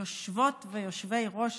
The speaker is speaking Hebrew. יושבות ויושבי ראש